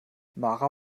mara